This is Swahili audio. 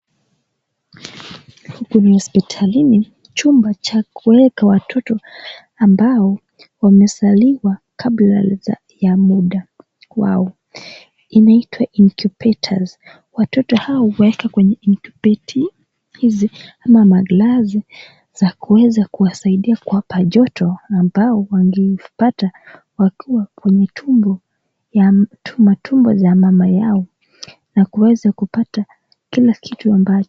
Huku ni hospitalini, chumba cha kuweka watoto ambao wamezaliwa kabla ya muda wao. Inaitwa incubators . Watoto hawa huwekwa kwenye incubator v hizi ama maglasi yaweza kuiwasaidia kuwapa joto ambao wangepata wakiwa kwa matumbo za mama zao na kuweza kupata kila kitu ambacho..